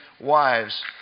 wives